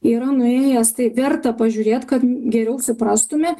yra nuėjęs tai verta pažiūrėt kad geriau suprastume